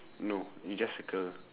no you just circle